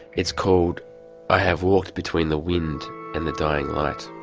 it's called i have walked between the wind and the dying light.